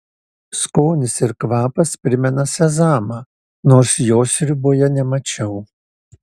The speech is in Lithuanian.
skonis ir kvapas primena sezamą nors jo sriuboje nemačiau